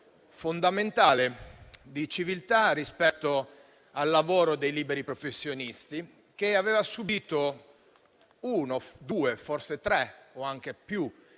fondamentale di civiltà rispetto al lavoro dei liberi professionisti, che aveva subito uno, due, forse tre passi